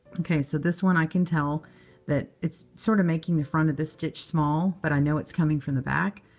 ok. so this one, i can tell that it's sort of making the front of this stitch small, but i know it's coming from the back.